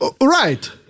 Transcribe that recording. Right